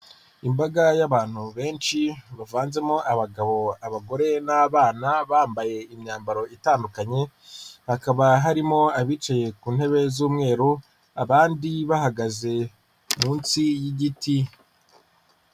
Imbaga y'abantu benshi bavanzemo abagabo, abagore n'abana bambaye imyambaro itandukanye hakaba harimo abicaye ku ntebe z'umweru abandi bahagaze munsi y'igiti.